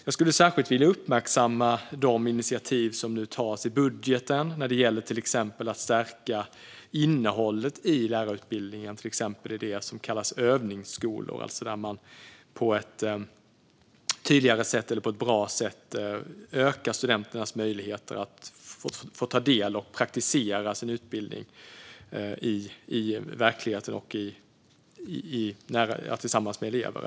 Jag skulle särskilt vilja uppmärksamma de initiativ som nu tas i budgeten när det till exempel gäller att stärka innehållet i lärarutbildningen, exempelvis det som kallas övningsskolor, där man på ett bra sätt ökar studenternas möjligheter att delta och praktisera sin utbildning i verkligheten och mot elever.